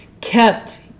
kept